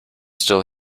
still